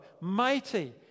mighty